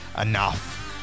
enough